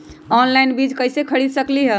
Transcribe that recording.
Online बीज कईसे खरीद सकली ह?